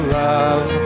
love